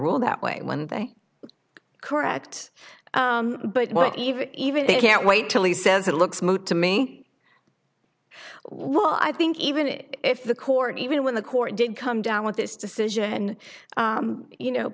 rule that way when they correct but even even they can't wait till he says it looks to me well i think even if the court even when the court did come down with this decision you know